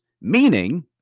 meaning